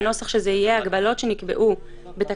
והנוסח שזה יהיה: הגבלות שנקבעו בתקנות,